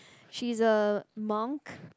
she is a monk